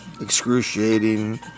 excruciating